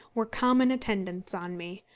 were common attendants on me.